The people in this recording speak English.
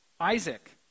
Isaac